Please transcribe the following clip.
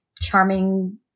charming